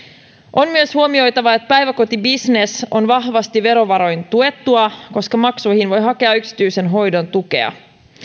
on myös huomioitava että päiväkotibisnes on vahvasti verovaroin tuettua koska maksuihin voi hakea yksityisen hoidon tukea